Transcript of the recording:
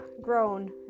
grown